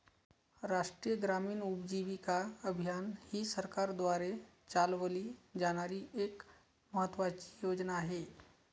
राष्ट्रीय ग्रामीण उपजीविका अभियान ही सरकारद्वारे चालवली जाणारी एक महत्त्वाची योजना आहे